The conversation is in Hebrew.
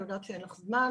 אני יודעת שאין הרבה זמן,